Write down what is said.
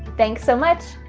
thanks so much.